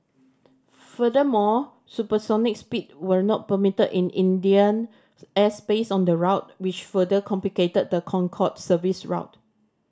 furthermore supersonic speeds were not permitted in Indian airspace on the route which further complicated the Concorde service's route